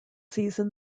season